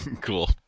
cool